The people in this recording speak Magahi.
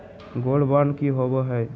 गोल्ड बॉन्ड की होबो है?